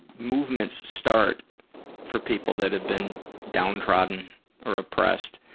movements start for people that have been downtrodden or oppressed,